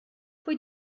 pwy